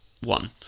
one